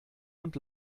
und